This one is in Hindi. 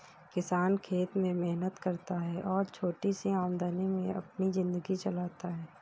किसान खेत में मेहनत करता है और छोटी सी आमदनी में अपनी जिंदगी चलाता है